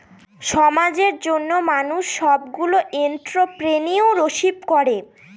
সমাজের জন্য মানুষ সবগুলো এন্ট্রপ্রেনিউরশিপ করে